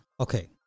Okay